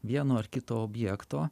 vieno ar kito objekto